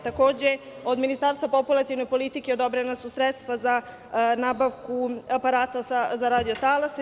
Takođe, od Ministarstva populacione politike odobrena su sredstva za nabavku aparata za radio talase.